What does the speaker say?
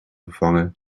vervangen